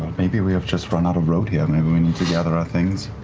maybe we have just run out of road here. maybe we need to gather our things